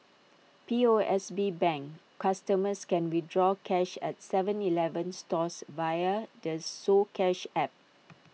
P O S B bank customers can withdraw cash at Seven Eleven stores via the soCash app